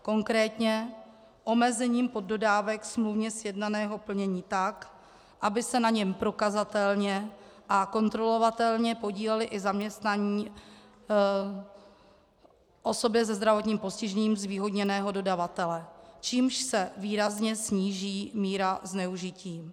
Konkrétně omezením poddodávek smluvně sjednaného plnění tak, aby se na něm prokazatelně a kontrolovatelně podíleli i zaměstnaní, osoby se zdravotním postižením zvýhodněného dodavatele, čímž se výrazně sníží míra zneužití.